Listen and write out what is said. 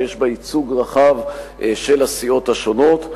שיש בה ייצוג רחב של הסיעות השונות.